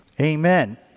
Amen